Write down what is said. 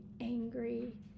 angry